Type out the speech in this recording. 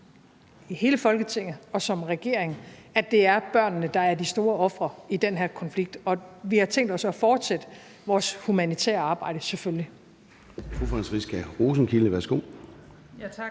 i hele Folketinget og som regering – at det er børnene, der er de store ofre i den her konflikt. Vi har tænkt os at fortsætte vores humanitære arbejde, selvfølgelig.